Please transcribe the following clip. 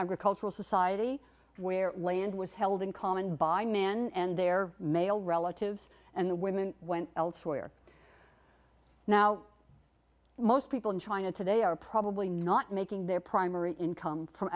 agricultural society where land was held in common by men and their male relatives and the women went elsewhere now most people in china today are probably not making their primary income from